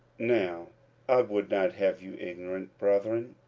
now i would not have you ignorant, brethren,